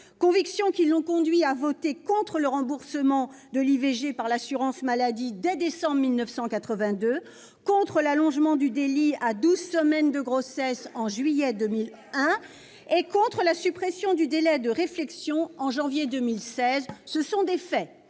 convictions l'ont conduit à voter contre le remboursement de l'IVG par l'assurance maladie dès décembre 1982, contre l'allongement du délai à douze semaines de grossesse en juillet 2001 et contre la suppression du délai de réflexion en janvier 2016. C'est la vérité